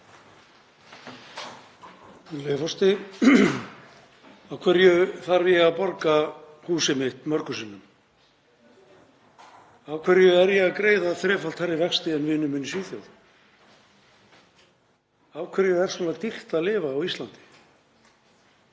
forseti. Af hverju þarf ég að borga húsið mitt mörgum sinnum? Af hverju er ég að greiða þrefalt hærri vexti en vinur minn í Svíþjóð? Af hverju er svona dýrt að lifa á Íslandi?